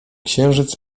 księżyc